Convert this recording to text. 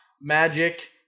magic